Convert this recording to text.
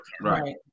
Right